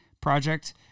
project